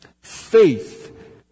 Faith